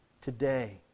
today